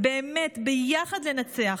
באמת ביחד לנצח,